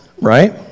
right